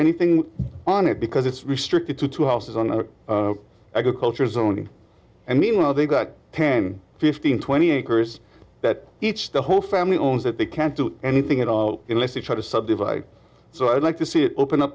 anything on it because it's restricted to two houses on the agricultural zoning and meanwhile they've got ten fifteen twenty acres that each the whole family owns that they can't do anything at all unless you try to subdivide so i'd like to see it open up